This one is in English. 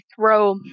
throw